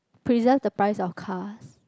preserve the price of cars